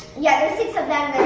yeah there's six of them.